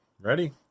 Ready